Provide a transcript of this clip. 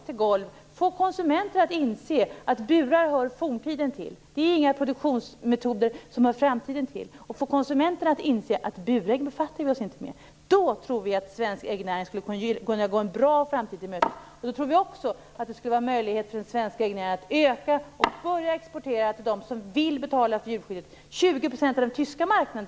Vi måste få konsumenterna att inse att burar hör forntiden och inte framtiden till och att de inte skall befatta sig med burägg. Då skulle svensk äggnäring skulle kunna gå en bra framtid till mötes. Det skulle också bli möjligt för den svenska äggnäringen att börja exportera till dem som vill betala för djurskyddet.